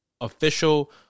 official